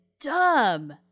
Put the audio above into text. dumb